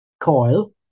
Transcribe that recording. coil